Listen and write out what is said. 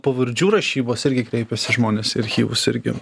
pavardžių rašybos irgi kreipiasi žmonės į archyvus irgi